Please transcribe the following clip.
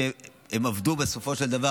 שעבדו בסופו של דבר